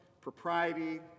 propriety